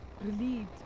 relieved